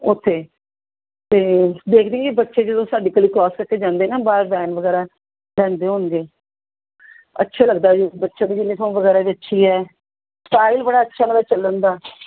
ਉੱਥੇ ਤਾਂ ਦੇਖਦੇ ਜੀ ਬੱਚੇ ਜਦੋਂ ਸਾਡੀ ਗਲੀ ਕ੍ਰੋਸ ਕਰਕੇ ਜਾਂਦੇ ਨਾ ਬਾਹਰ ਵੈਨ ਵਗੈਰਾ ਲੈਂਦੇ ਹੁੰਦੇ ਅੱਛੇ ਲੱਗਦਾ ਜੀ ਬੱਚੇ ਦੀ ਯੂਨੀਫੋਮ ਵਗੈਰਾ ਵੀ ਅੱਛੀ ਹੈ ਸਟਾਈਲ ਬੜਾ ਅੱਛਾ ਨਾਲੇ ਚੱਲਣ ਦਾ